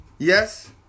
Yes